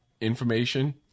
information